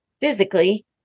physically